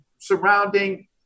surrounding